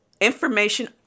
Information